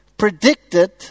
predicted